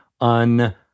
un